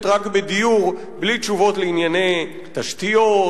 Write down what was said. רק בדיור בלי תשובות לענייני תשתיות,